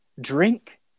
drink